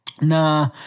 nah